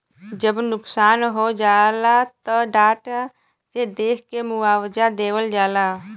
जब नुकसान हो जाला त डाटा से देख के मुआवजा देवल जाला